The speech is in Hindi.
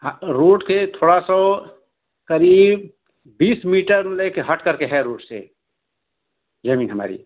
रूट के थोड़ा सा वो करीब बीस मीटर लेकर हट करके है रूट से जमीन हमारी